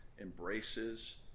embraces